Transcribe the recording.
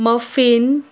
morphine